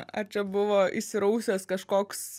ar čia buvo įsirausęs kažkoks